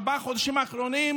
בארבעת החודשים האחרונים,